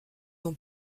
ont